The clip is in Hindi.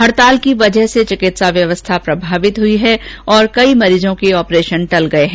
हड़ताल की वजह से चिकित्सा व्यवस्थाएं प्रभावित हुई है और कई मरीजों के ऑपरेशन टल गये है